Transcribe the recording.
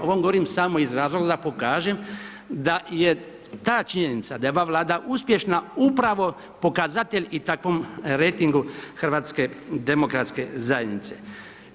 Ovo govorim samo iz razloga da pokažem da je ta činjenica da je Ova Vlada uspješna upravo pokazatelj i takvom rejtingu HDZ-a.